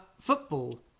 Football